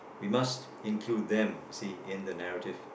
we must include them you see in the narrative